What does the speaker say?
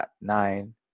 nine